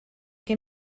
que